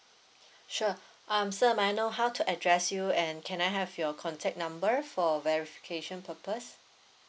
sure um sir so may I know how to address you and can I have your contact number for verification purpose